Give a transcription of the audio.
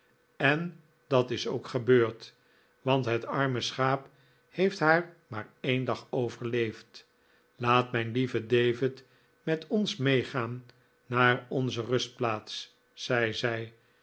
en dat is ook gebeurd want het arme schaap heeft haar maar een dag overleefd laat mijn lieve david met ons meegaan naar onze rustplaats zei